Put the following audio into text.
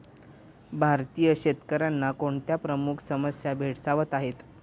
भारतीय शेतकऱ्यांना कोणत्या प्रमुख समस्या भेडसावत आहेत?